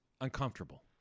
uncomfortable